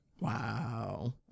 wow